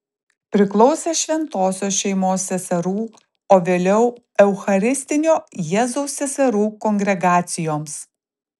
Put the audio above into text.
priklausė šventosios šeimos seserų o vėliau eucharistinio jėzaus seserų kongregacijoms